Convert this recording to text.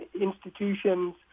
institutions